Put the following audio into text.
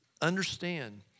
Understand